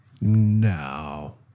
No